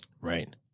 Right